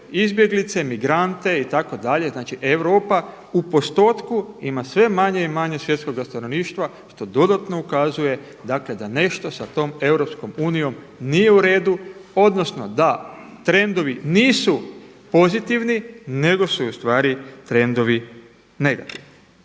izbjeglice, migrante itd. znači Europa u postotku ima sve manje i manje svjetskoga stanovništva što dodatno ukazuje dakle da nešto sa tom Europskom unijom nije u redu odnosno da trendovi nisu pozitivni, nego su ustvari trendovi negativni.